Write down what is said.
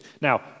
now